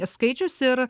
skaičius ir